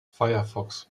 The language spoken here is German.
firefox